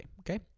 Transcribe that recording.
okay